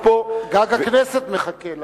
גג הכנסת מחכה לזה.